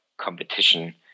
competition